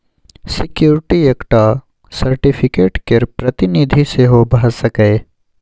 security एकटा certificate केर प्रतिनिधि सेहो भ सकैए